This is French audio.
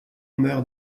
meurt